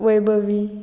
Vaibhavi